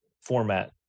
format